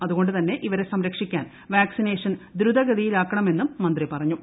അതുകൊണ്ടു തന്നെ ഇവരെ സംരക്ഷിക്കാൻ വാക്സിന്ന്ഷൻ ദ്രുതഗതിയിലാക്കണമെന്നും മന്ത്രി പറഞ്ഞു